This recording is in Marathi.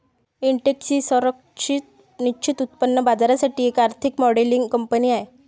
इंटेक्स ही संरचित निश्चित उत्पन्न बाजारासाठी एक आर्थिक मॉडेलिंग कंपनी आहे